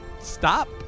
stop